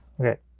Okay